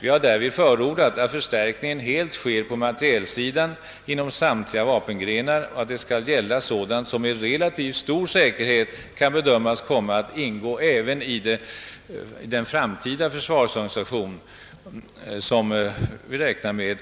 Vi har därvid förordat att förstärkningen helt sker på materielsidan inom samtliga vapengrenar och att den skall gälla sådant som med relativt stor säkerhet kan bedömas komma att ingå även i den framtida försvarsorganisation, som vi räknar med